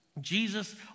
Jesus